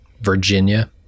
Virginia